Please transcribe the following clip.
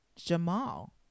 Jamal